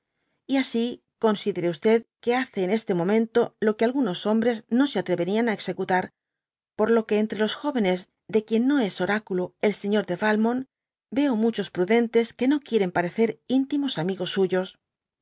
y así considere que hace en este momento lo que algunos hombres no se atreyerian á executar por lo que entre los jóvenes de quien no es oráculo el señor de yalmont yeo muchos prudentes que no quieren parecer íntimos amigos suyos